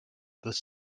this